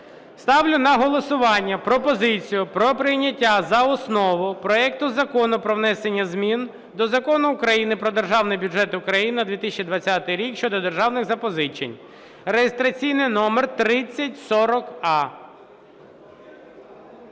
Ставлю на голосування пропозицію про прийняття за основу проекту Закону про внесення змін до Закону України "Про Державний бюджет України на 2020 рік" щодо державних запозичень (реєстраційний номер 3040а).